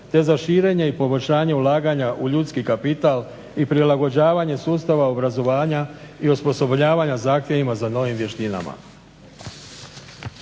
te za širenje i poboljšanje ulaganje u ljudski kapital i prilagođavanje sustava obrazovanja i osposobljavanja zahtjevima za novim vještinama.